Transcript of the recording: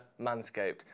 Manscaped